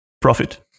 profit